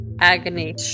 agony